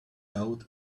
out